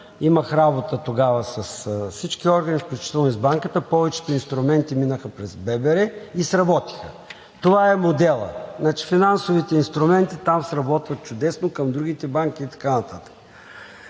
Имах работа тогава с всички органи, включително и с Банката, повечето инструменти минаха през ББР и сработиха. Това е моделът. Значи финансовите инструменти там сработват чудесно към другите банки и така нататък,